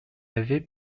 avait